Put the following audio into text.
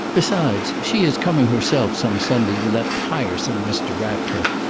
besides, she is coming herself some sunday with that tiresome mr. ratcliffe.